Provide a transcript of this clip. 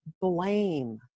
blame